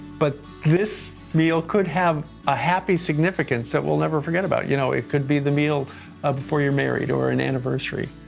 but this meal could have a happy significance that we'll never forget. you know it could be the meal ah before your married or an anniversary.